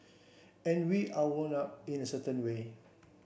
and we are wound up in a certain way